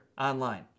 online